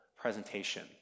presentation